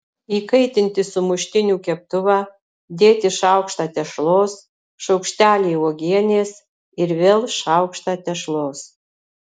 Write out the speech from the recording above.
įkaitinti sumuštinių keptuvą dėti šaukštą tešlos šaukštelį uogienės ir vėl šaukštą tešlos